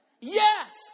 Yes